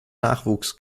nachwuchs